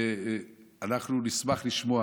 אנחנו נשמח לשמוע